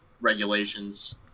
regulations